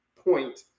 point